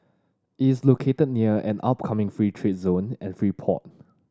is located near an upcoming free trade zone and free port